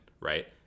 right